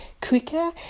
quicker